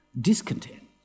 discontent